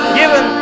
given